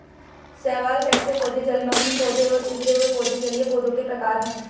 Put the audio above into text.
शैवाल, तैरते पौधे, जलमग्न पौधे और उभरे हुए पौधे जलीय पौधों के प्रकार है